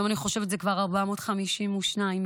אני חושבת שהיום זה כבר 452 ימים.